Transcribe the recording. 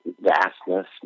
vastness